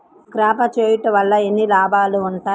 ఈ క్రాప చేయుట వల్ల ఎన్ని లాభాలు ఉన్నాయి?